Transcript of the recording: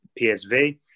PSV